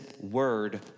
word